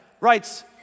writes